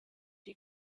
die